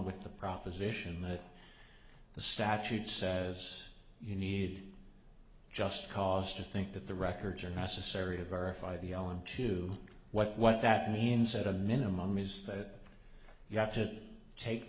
with the proposition that the statute says you need just cause to think that the records are necessary to verify the on to what what that means at a minimum is but you have to take